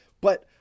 but-